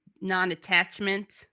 non-attachment